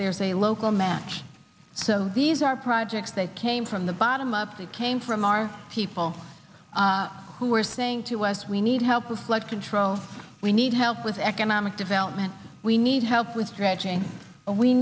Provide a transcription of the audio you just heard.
there's a local match so these are projects that came from the bottom up that came from our people who are saying to us we need help with flood control we need help with economic development we need help with stretching we